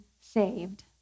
saved